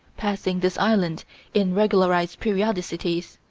passing this island in regularized periodicities.